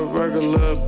regular